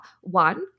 one